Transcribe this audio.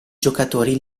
giocatori